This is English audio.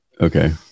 Okay